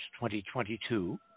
2022